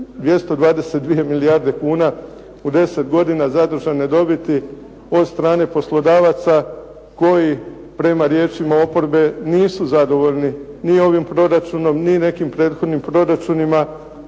222 milijarde kuna u deset godina zadržane dobiti od strane poslodavaca koji, prema riječima oporbe, nisu zadovoljni ni ovim proračunom ni nekim prethodnim proračunima